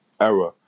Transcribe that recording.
era